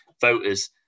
voters